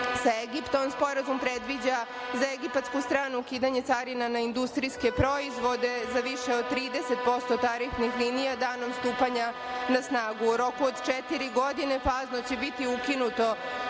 sa Egiptom, ovaj sporazumom predviđa za egipatsku stranu ukidanje carina na industrijske proizvode za više od 30% tarifnih linija danom stupanja na snagu. U roku od četiri godine fazno će biti ukinute